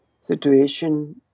situation